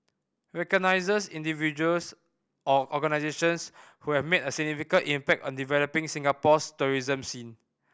recognises individuals or organisations who have made a significant impact on developing Singapore's tourism scene